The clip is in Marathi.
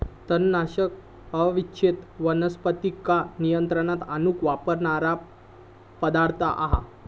तणनाशक अवांच्छित वनस्पतींका नियंत्रणात आणूक वापरणारो पदार्थ हा